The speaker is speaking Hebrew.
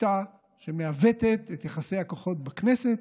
שיטה שמעוותת את יחסי הכוחות בכנסת